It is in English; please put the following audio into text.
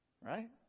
right